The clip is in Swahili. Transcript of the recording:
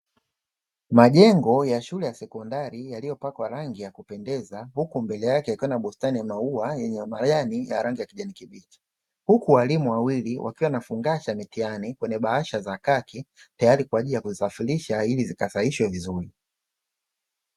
Majengo ya shule ya sekondari yaliyopakwa rangi ya kupendeza huko mbele yake ikiwa na bustani ya maua gani ya rangi ya kijani, huku walimu wawili wakiwa wanafungasha mitihani kwenye bahasha za kaki tayari kwa ajili ya kuisafirisha ili zikasahihishwe vizuri.